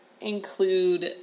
include